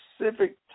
specific